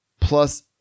plus